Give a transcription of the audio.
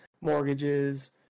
mortgages